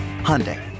Hyundai